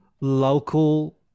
local